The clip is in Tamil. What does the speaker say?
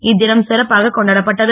இத்தினம் சிறப்பாகக் கொண்டாடப்பட்டது